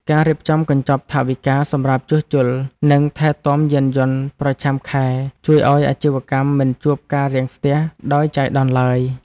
ការរៀបចំកញ្ចប់ថវិកាសម្រាប់ជួសជុល និងថែទាំយានយន្តប្រចាំខែជួយឱ្យអាជីវកម្មមិនជួបការរាំងស្ទះដោយចៃដន្យឡើយ។